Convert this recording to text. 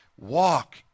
Walk